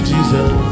Jesus